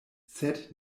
sed